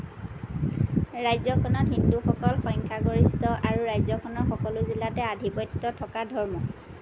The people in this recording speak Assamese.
ৰাজ্যখনত হিন্দুসকল সংখ্যাগৰিষ্ঠ আৰু ৰাজ্যখনৰ সকলো জিলাতে আধিপত্য থকা ধৰ্ম